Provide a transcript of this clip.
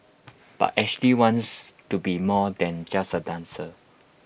but Ashley wants to be more than just A dancer